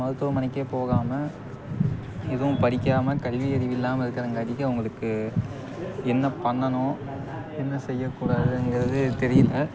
மருத்துவமனைக்கே போகாமல் எதுவும் படிக்காமல் கல்வியறிவு இல்லாமல் இருக்கிறங்காட்டிக்கும் அவங்களுக்கு என்ன பண்ணனும் என்ன செய்யக்கூடாதுங்கிறது தெரியல